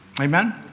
Amen